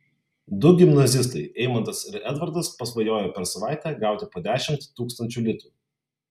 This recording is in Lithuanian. du gimnazistai eimantas ir edvardas pasvajojo per savaitę gauti po dešimt tūkstančių litų